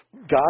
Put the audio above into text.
God